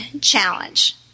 challenge